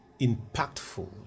impactful